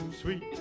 sweet